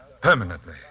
permanently